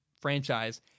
franchise